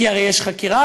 כי הרי יש חקירה,